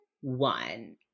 one